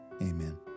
amen